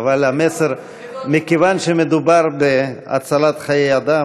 אבל מכיוון שמדובר בהצלת חיי אדם,